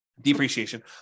depreciation